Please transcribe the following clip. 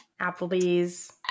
Applebee's